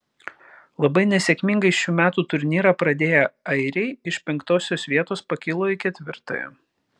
labai nesėkmingai šių metų turnyrą pradėję airiai iš penktosios vietos pakilo į ketvirtąją